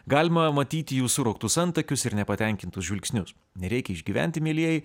galima matyti jų surauktus antakius ir nepatenkintus žvilgsnius nereikia išgyventi mielieji